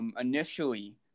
Initially